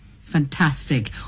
Fantastic